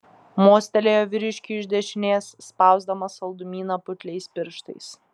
mostelėjo vyriškiui iš dešinės spausdamas saldumyną putliais pirštais